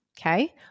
okay